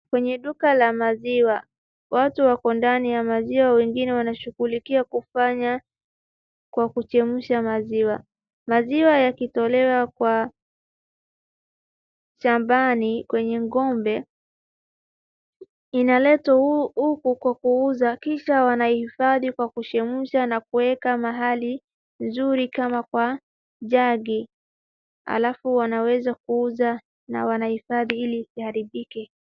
Kwenye duka la maziwa, watu wako ndani ya maziwa wengine wanashughulikia kufanya kwa kuchemsha maziwa. Maziwa yakitolewa kwa shambani, kwenye ng'ombe, inaletwa huku kwa kuuza kisha wanahifadhi kwa kuchemsha na kuweka mahali nzuri kama kwa jagi alafu wanaweza kuuza na kuhifadhi ilii isiharibike.